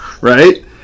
right